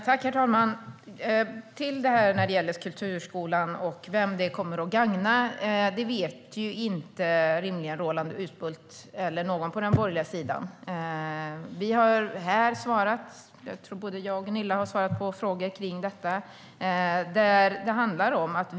Herr talman! När det gäller kulturskolan och vem det kommer att gagna vet inte rimligen Roland Utbult eller någon på den borgerliga sidan hur det är. Både jag och Gunilla Carlsson har svarat på frågor om detta.